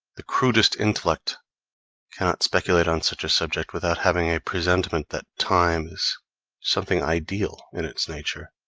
the crudest intellect cannot speculate on such a subject without having a presentiment that time is something ideal in its nature.